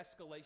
escalation